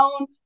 own